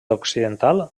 occidental